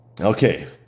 Okay